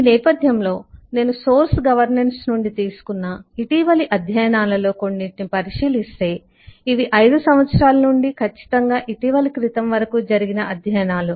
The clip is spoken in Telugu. ఈ నేపథ్యంలో నేను సోర్స్ గవర్నెన్స్ నుండి తీసుకున్న ఇటీవలి అధ్యయనాలలో కొన్నింటిని పరిశీలిస్తే ఇవి 5 సంవత్సరాల నుండి ఖచ్చితంగా ఇటీవలి క్రితం వరకు జరిగిన అధ్యయనాలు